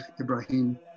Ibrahim